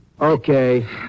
Okay